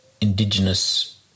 Indigenous